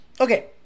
okay